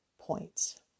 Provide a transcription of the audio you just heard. points